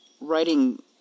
writing